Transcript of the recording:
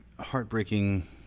heartbreaking